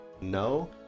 no